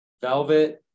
velvet